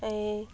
ᱮᱭ